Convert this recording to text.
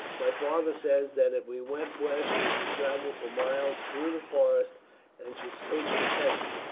my father says, that if we went west, we should travel for miles through the forest and should sleep in tents,